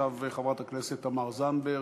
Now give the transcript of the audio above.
עכשיו חברת הכנסת תמר זנדברג.